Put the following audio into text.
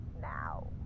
now